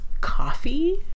coffee